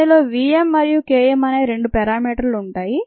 దీనిలో v m మరియు K m అనే రెండు పేరామీటర్లు ఉంటాయి